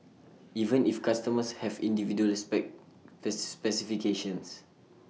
even if customers have individual spec pets specifications